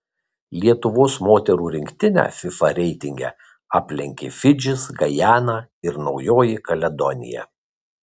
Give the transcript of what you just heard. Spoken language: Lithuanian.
lietuvos moterų rinktinę fifa reitinge aplenkė fidžis gajana ir naujoji kaledonija